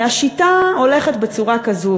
השיטה הולכת בצורה כזאת,